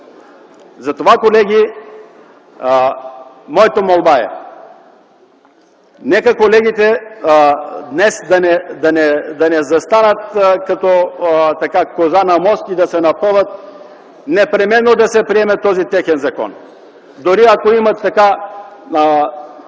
Затова, колеги, моята молба е: нека колегите да не застават днес като коза на мост и да се напъват непременно да се приеме този техен закон. Дори, ако имат